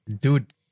Dude